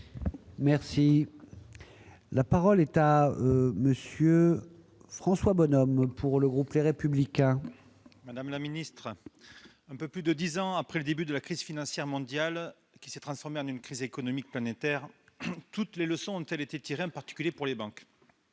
maîtrisé. La parole est à M. François Bonhomme, pour le groupe Les Républicains. Madame la secrétaire d'État, un peu plus de dix ans après le début de la crise financière mondiale, qui s'est transformée en une crise économique planétaire, toutes les leçons ont-elles été tirées, en particulier par les banques ?